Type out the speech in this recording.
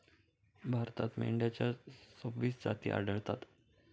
भारतात मेंढ्यांच्या सव्वीस जाती आढळतात